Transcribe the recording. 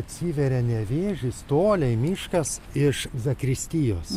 atsiveria nevėžis toliai miškas iš zakristijos